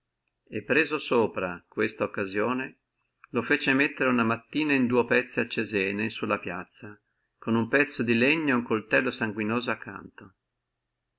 e presa sopra questo occasione lo fece mettere una mattina a cesena in dua pezzi in sulla piazza con uno pezzo di legno e uno coltello sanguinoso a